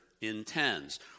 intends